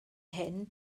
hyn